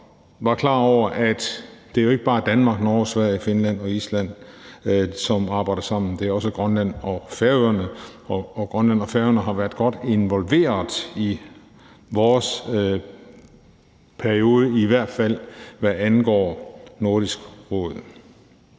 var klar over, at det jo ikke bare er Danmark, Norge, Sverige, Finland og Island, som arbejder sammen. Det er også Grønland og Færøerne, og Grønland og Færøerne har været godt involveret i vores periode, i hvert fald hvad angår Nordisk Råd.